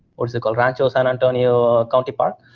what is it called, rancho san antonio county park,